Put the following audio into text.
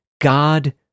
God